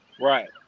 Right